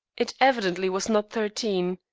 it evidently was not thirteen.